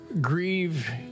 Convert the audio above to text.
grieve